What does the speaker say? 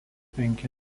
penki